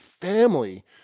family